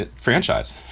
franchise